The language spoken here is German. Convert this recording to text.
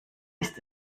isst